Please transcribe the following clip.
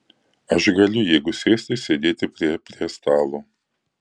aš galiu jeigu sėsti sėdėti prie prie stalo